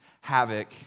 havoc